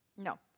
No